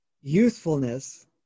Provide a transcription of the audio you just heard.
youthfulness